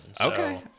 Okay